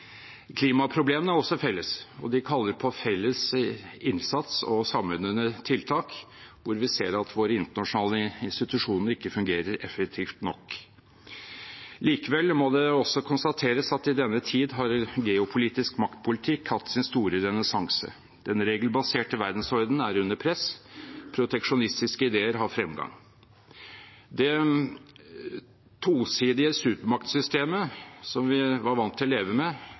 Klimaproblemene er også felles, og de kaller på felles innsats og samlende tiltak hvor vi ser at våre internasjonale institusjoner ikke fungerer effektivt nok. Likevel må det også konstateres at i denne tid har geopolitisk maktpolitikk hatt sin store renessanse. Den regelbaserte verdensorden er under press, proteksjonistiske ideer har fremgang. Det tosidige supermaktsystemet som vi var vant til å leve med,